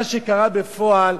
מה שקרה בפועל,